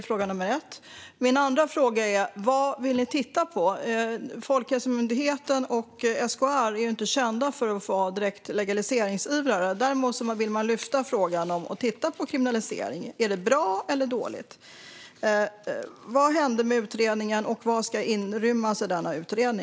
Vad vill ni titta på? Folkhälsomyndigheten och SKR är inte direkt kända för att vara legaliseringsivrare. Däremot vill man lyfta frågan och titta på om kriminalisering är bra eller dåligt. Vad hände med utredningen, och vad ska rymmas i den?